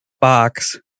box